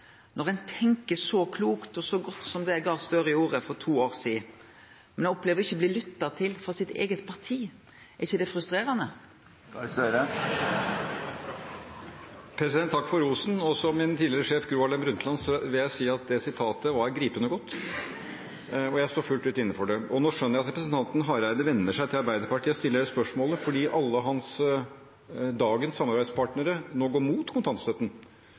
Når ein tenkjer så klokt og så godt som det Gahr Støre gjorde for to år sidan, men opplever ikkje å bli lytta til av sitt eige parti – er ikkje det frustrerande? Takk for rosen! Som min tidligere sjef Gro Harlem Brundtland vil jeg si at det sitatet var gripende godt. Jeg står fullt ut inne for det. Og nå skjønner jeg at representanten Hareide vender seg til Arbeiderpartiet og stiller det spørsmålet, fordi alle hans samarbeidspartnere i dag nå går imot kontantstøtten,